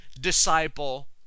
disciple